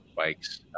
bikes